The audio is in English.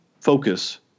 focus